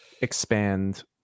expand